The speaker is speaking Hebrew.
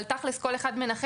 אבל תכלס כל אחד מנחש,